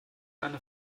eine